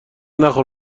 نخور